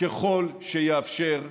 ככל שיאפשר החוק.